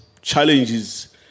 challenges